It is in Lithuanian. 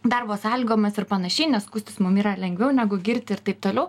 darbo sąlygomis ir panašiai nes skųstis mum yra lengviau negu girti ir taip toliau